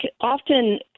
often